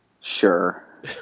sure